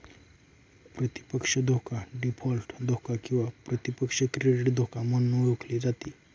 प्रतिपक्ष धोका डीफॉल्ट धोका किंवा प्रतिपक्ष क्रेडिट धोका म्हणून ओळखली जाते